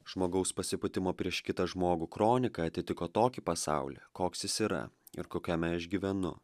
žmogaus pasipūtimo prieš kitą žmogų kronika atitiko tokį pasaulį koks jis yra ir kokiame aš gyvenu